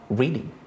reading